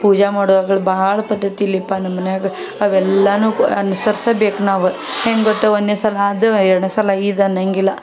ಪೂಜೆ ಮಾಡುವಾಗ್ಲೂ ಭಾಳ ಪದ್ಧತಿಯಿಲ್ಲಪ್ಪ ನಮ್ಮ ಮನೆಯಾಗ ಅವೆಲ್ಲವೂ ಅನುಸರಿಸ್ಬೇಕು ನಾವು ಹೆಂಗೆ ಗೊತ್ತಾ ಒಂದ್ನೇ ಸಲ ಅದು ಎರಡ್ನೇ ಸಲ ಇದು ಅನ್ನೋಂಗಿಲ್ಲ